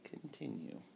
Continue